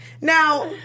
Now